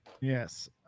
Yes